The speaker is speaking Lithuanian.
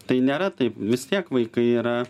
tai nėra taip vis tiek vaikai yra